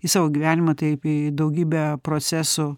į savo gyvenimą taip į daugybę procesų